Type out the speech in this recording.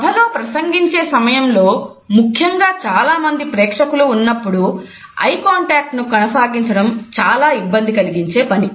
సభలో ప్రసంగించే సమయంలో ముఖ్యంగా చాలామంది ప్రేక్షకులు ఉన్నప్పుడు ఐకాంటాక్ట్ ను కొనసాగించడం చాలా ఇబ్బంది కలిగించే పని